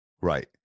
Right